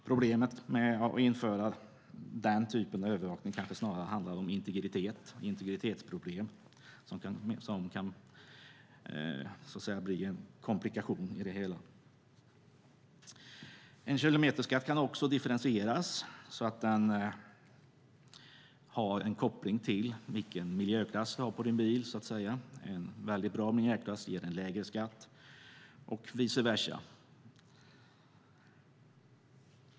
Problemet med att införa den typen av övervakning handlar snarare om integritet, som kan bli en komplikation i det hela. En kilometerskatt kan också differentieras, så att den har en koppling till vilken miljöklass det är på bilen, där en väldigt bra miljöklass ger lägre skatt och vice versa.